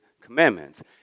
commandments